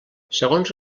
segons